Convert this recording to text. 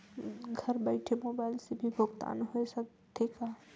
घर बइठे मोबाईल से भी भुगतान होय सकथे का?